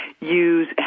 use